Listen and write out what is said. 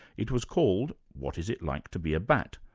it was called what is it like to be a bat?